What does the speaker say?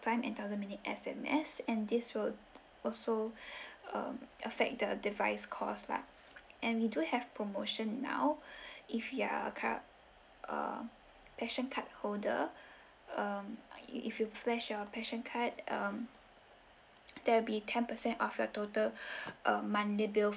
time and thousand minute S_M_S and this would also um affect the device cost lah and we do have promotion now if you're cur~ uh passion card holder um if if you flash your passion card um there'll be ten percent off your total um monthly bill